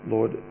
Lord